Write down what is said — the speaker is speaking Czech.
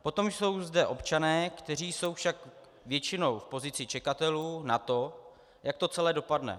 Potom jsou zde občané, kteří jsou však většinou v pozici čekatelů na to, jak to celé dopadne.